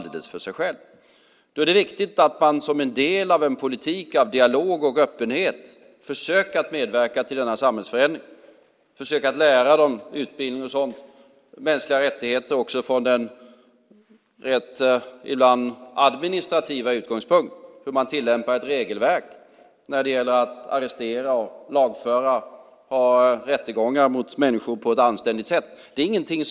Det är viktigt att man som en del av en politik av dialog och öppenhet försöker medverka till denna samhällsförändring, försöker utbilda dem i mänskliga rättigheter från en ibland rent administrativ utgångspunkt, hur man tillämpar ett regelverk i fråga om arresteringar och lagföring, det vill säga anständiga rättegångar mot människor.